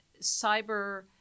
Cyber